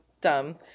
dumb